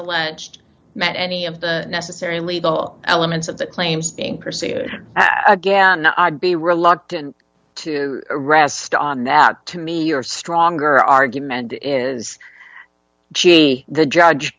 alleged met any of the necessary legal elements of the claims being pursued again i'd be reluctant to rest on out to me your stronger argument is gee the judge